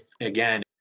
again